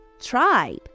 tribe